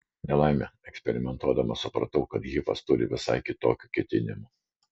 nelaimė eksperimentuodama supratau kad hifas turi visai kitokių ketinimų